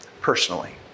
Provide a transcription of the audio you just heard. personally